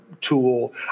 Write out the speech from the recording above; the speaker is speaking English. tool